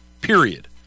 period